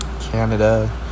Canada